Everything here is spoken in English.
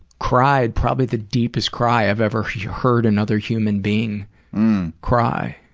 cried probably the deepest cry i've ever heard another human being cry.